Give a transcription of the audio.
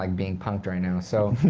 like being punked right now. so